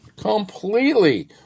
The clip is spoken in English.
completely